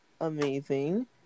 Amazing